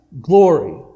glory